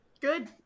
good